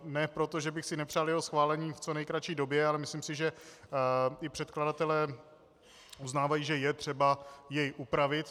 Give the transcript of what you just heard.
Ne proto, že bych si nepřál jeho schválení v co nejkratší době, ale myslím si, že i předkladatelé uznávají, že je třeba jej upravit.